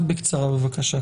בבקשה.